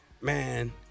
man